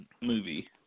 movie